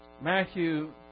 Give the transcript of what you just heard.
Matthew